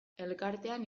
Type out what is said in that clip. elkartean